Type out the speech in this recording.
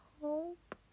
hope